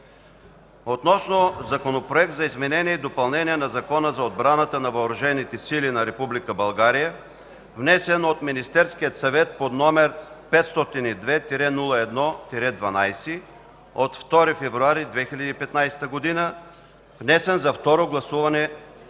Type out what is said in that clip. относно Законопроект за изменение и допълнение на Закона за отбраната и въоръжените сили на Република България, внесен от Министерския съвет под № 502-01-12 от 2 февруари 2015 г.,